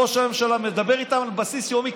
ראש הממשלה מדבר איתם על בסיס יומי.